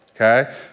okay